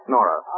Nora